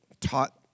taught